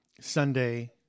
Sunday